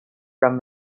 from